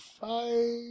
five